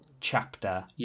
chapter